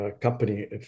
company